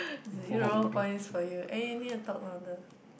zero points for you and you need to talk louder